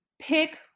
pick